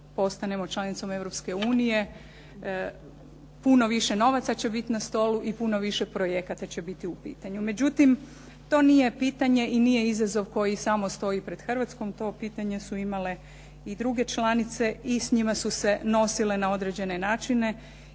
postanemo članicom Europske unije, puno više novaca će biti na stolu i puno više projekata će biti u pitanju. Međutim, to nije pitanje i nije izazov koji samo stoji pred Hrvatskoj, to pitanje su imale i druge članice i s njima su se nosile na određene načine